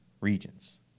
regions